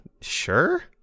sure